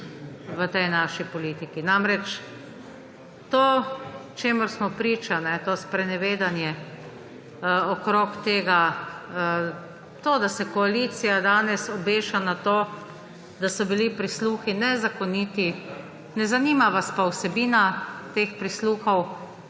v tej naši politiki. Namreč to, čemur smo priča, to sprenevedanje okrog tega; to, da se koalicija danes obeša na to, da so bili prisluhi nezakoniti. Ne zanima vas pa vsebina teh prisluhov,